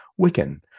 Wiccan